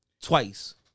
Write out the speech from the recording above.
Twice